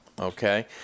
okay